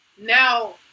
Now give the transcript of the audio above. now